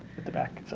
at the back.